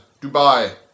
Dubai